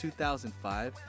2005